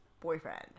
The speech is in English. boyfriend